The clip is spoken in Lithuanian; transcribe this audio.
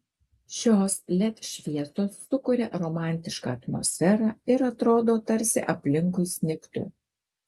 šios led šviesos sukuria romantišką atmosferą ir atrodo tarsi aplinkui snigtų